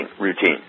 routine